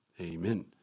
amen